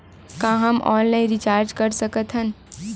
का हम online recharge कर सकत हन?